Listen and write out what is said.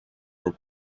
were